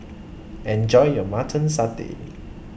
Enjoy your Mutton Satay